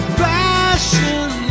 passion